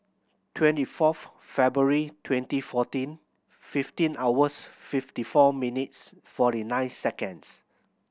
twenty fourth February twenty fourteen fifteen hours fifty four minutes forty nine seconds